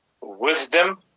wisdom